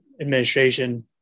administration